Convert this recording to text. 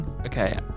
Okay